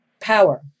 power